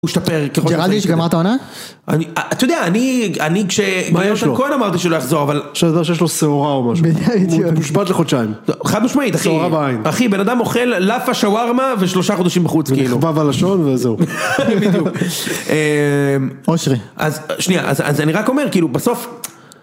הוא השתפר. ג'רדיש שגמרת את העונה? אתה יודע, אני כש... מה יש לו? כהן אמרתי שהוא לא יחזור, אבל... אפשר לחשוב שיש לו שעורה או משהו. בדיוק. הוא מושבת לחודשיים. חד משמעית, אחי. שעורה בעין. אחי, בן אדם אוכל לאפה, שווארמה ושלושה חודשים בחוץ, כאילו. ונכווה בלשון וזהו. בדיוק. אושרי. אז, שנייה, אז אני רק אומר, כאילו, בסוף...